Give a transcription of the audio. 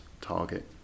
target